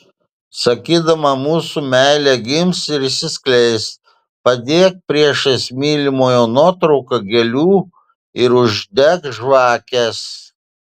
sakydama mūsų meilė gims ir išsiskleis padėk priešais mylimojo nuotrauką gėlių ir uždek žvakes